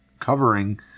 covering